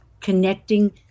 connecting